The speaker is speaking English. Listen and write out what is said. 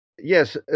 Yes